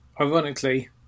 ironically